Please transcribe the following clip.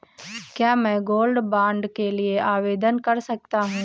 क्या मैं gold bond के लिए आवेदन कर सकता हूं?